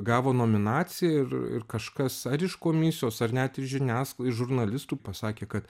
gavo nominaciją ir ir kažkas ar iš komisijos ar net iš žiniasklai iš žurnalistų pasakė kad